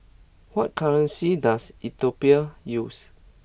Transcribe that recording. what currency does Ethiopia use